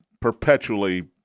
perpetually